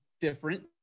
different